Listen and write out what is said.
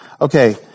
Okay